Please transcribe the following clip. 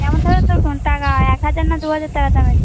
কেমন টাকা এক হাজার না দু হাজার টাকা দামের